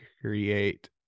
create